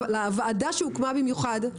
לוועדה שהקומה במיוחד,